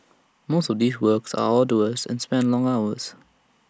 most of these works are arduous and span long hours